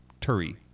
Turi